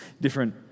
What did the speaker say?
different